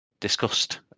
discussed